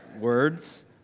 words